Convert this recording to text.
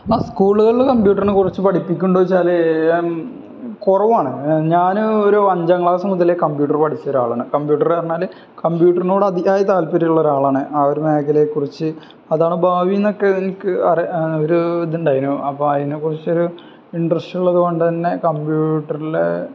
നമ്മളെ സ്കൂളുകളില് കംപ്യൂട്ടറിനെക്കുറിച്ച് പഠിപ്പിക്കുന്നുണ്ടോന്ന് വച്ചാല് കുറവാണ് ഞാന് ഒരഞ്ചാം ക്ലാസ് മുതല് കമ്പ്യൂട്ടർ പഠിച്ചൊരാളാണ് കമ്പ്യൂട്ടറ് ണറഞ്ഞാല് കമ്പ്യൂട്ടറിനോട് അതിയായ താൽപ്പര്യമുള്ള ഒരാളാണ് ആ ഒരു മേഖലയെക്കുറിച്ച് അതാണ് ഭാവിയെന്നൊക്കെ എനിക്ക് ഒരു ഇതുണ്ടായിനു അപ്പോള് അതിനെക്കുറിച്ചൊരു ഇൻട്രസ്റ്റുള്ളതുകൊണ്ട് തന്നെ കമ്പ്യൂട്ടറില്